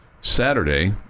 Saturday